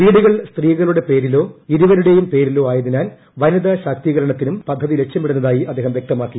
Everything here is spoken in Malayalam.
വീടുകൾ സ്ത്രീകളുടെ പേരിലോ ഇരുവരുടെയും പേരിലോ ആയതിനാൽ വനിതാ ശാക്തീകരണത്തിനും പദ്ധതി ലക്ഷ്യമിടുന്നതായി അദ്ദേഹം വ്യക്തമാക്കി